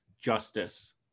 justice